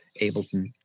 Ableton